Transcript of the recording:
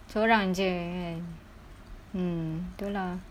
sorang jer kan mm tu lah